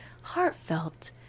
heartfelt